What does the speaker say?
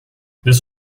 this